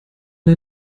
der